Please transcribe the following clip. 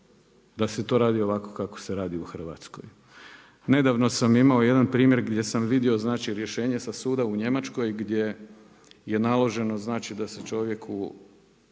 da se to radi ovako kako se radi u Hrvatskoj. Nedavno sam imao jedan primjer gdje sam vidio rješenje sa suda u Njemačkoj gdje je naloženo da se čovjeku